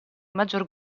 maggior